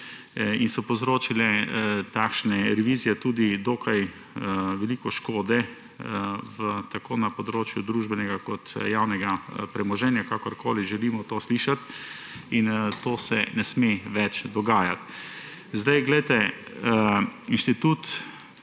in so povzročale takšne revizije tudi dokaj veliko škode tako na področju družbenega kot javnega premoženja, kakorkoli želimo to slišati, in to se ne sme več dogajati. V Slovenskem inštitutu